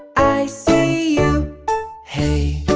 i see you hey,